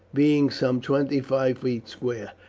being some twenty-five feet square.